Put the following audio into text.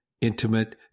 intimate